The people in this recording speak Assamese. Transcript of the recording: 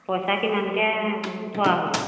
পইচা কিমানকৈ থোৱা হ'ব